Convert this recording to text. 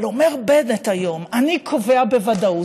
אבל אומר בנט היום: אני קובע בוודאות.